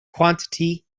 quantity